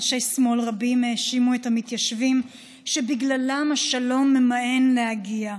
אנשי שמאל רבים האשימו את המתיישבים שבגללם השלום ממאן להגיע.